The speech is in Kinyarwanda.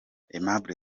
aimable